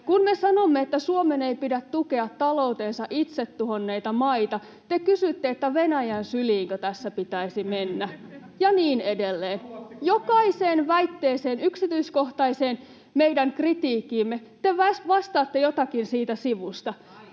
Kun me sanomme, että Suomen ei pidä tukea taloutensa itse tuhonneita maita, te kysytte, että Venäjän syliinkö tässä pitäisi mennä, ja niin edelleen. [Antti Kurvinen: Haluatteko te mennä?] Jokaiseen väitteeseen, meidän yksityiskohtaiseen kritiikkiimme, te vastaatte jotakin siitä sivusta.